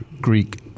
Greek